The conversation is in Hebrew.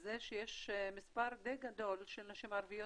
זה שיש מספר די גדול של נשים ערביות